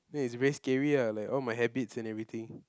then is very scary lah like all my habits and everything